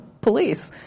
police